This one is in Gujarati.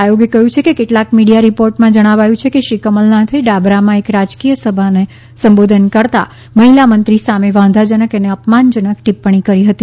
આયોગે કહ્યું છે કે કેટલાંક મીડિયા રીપોર્ટમાં જણાવાયું છે કે શ્રી કમલનાથે ડાબરામાં એક રાજકીય સભામાં સંબોધન કરતાં મહિલામંત્રી સામે વાંધાજનક અને અપમાનજનક ટિપ્પણી કરી હતી